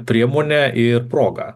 priemonę ir progą